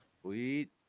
sweet